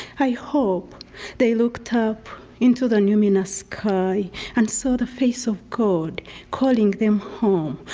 i hope they looked up into the numinous sky and saw the face of god calling them home,